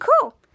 Cool